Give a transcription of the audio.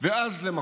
ואז למכות.